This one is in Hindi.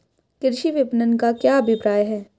कृषि विपणन का क्या अभिप्राय है?